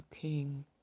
King